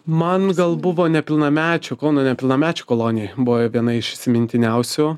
man gal buvo nepilnamečių kauno nepilnamečių kolonija buvo viena iš įsimintiniausių